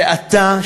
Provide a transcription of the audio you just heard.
ואתה,